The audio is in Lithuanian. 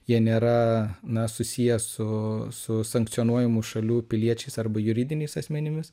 jie nėra na susiję su su sankcionuojamų šalių piliečiais arba juridiniais asmenimis